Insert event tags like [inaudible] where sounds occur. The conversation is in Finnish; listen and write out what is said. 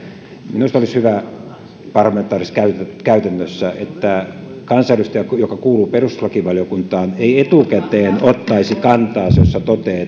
minusta olisi hyvä parlamentaarisessa käytännössä että kansanedustaja joka kuuluu perustuslakivaliokuntaan ei etukäteen ottaisi kantaa jossa toteaa [unintelligible]